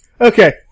okay